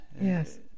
Yes